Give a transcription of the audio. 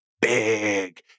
big